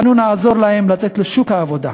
אנו נעזור להם לצאת לשוק העבודה.